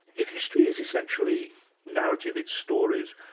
if history is essentially narrative, it's stories,